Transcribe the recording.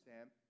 sam